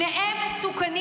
שניהם מסוכנים